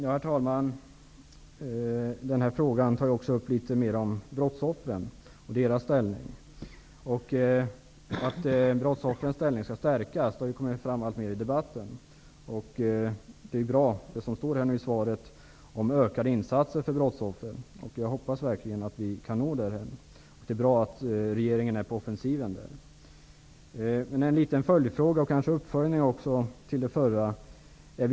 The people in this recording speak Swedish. Herr talman! I min fråga tar jag också upp litet mer om brottsoffren och deras ställning. I debatten har det ju alltmer kommit fram att brottsoffrens ställning skall stärkas, och det som står i svaret om ökade insatser för brottsoffren är bra. Jag hoppas verkligen att vi kan nå därhän. Det är bra att regeringen är på offensiven i den frågan. Jag har en liten följdfråga och kanske också en uppföljning till det som tidigare har sagts.